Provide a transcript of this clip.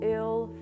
ill